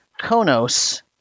Konos